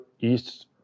East